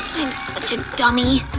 i'm such a dummy.